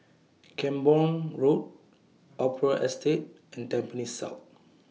Camborne Road Opera Estate and Tampines South